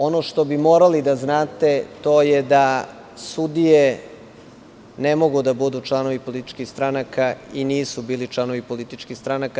Ono što bi morali da znate, to je da sudije ne mogu da budu članovi političkih stranaka i nisu bili članovi političkih stranaka.